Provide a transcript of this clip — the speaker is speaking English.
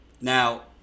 Now